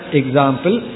example